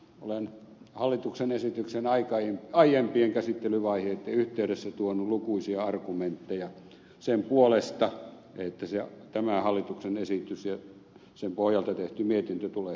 olen hallituksen esityksen aiempien käsittelyvaiheiden yhteydessä tuonut lukuisia argumentteja sen puolesta että tämä hallituksen esitys ja sen pohjalta tehty mietintö tulee hylätä